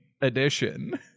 edition